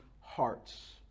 hearts